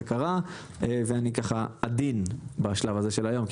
קרה ואני ככה עדין בשלב הזה של היום,